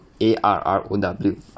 A-R-R-O-W